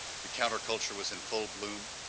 the counter culture was in full bloom,